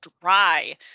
dry